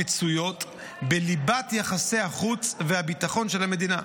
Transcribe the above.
המצויות בליבת יחסי החוץ והביטחון של המדינה,